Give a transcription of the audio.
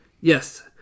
Yes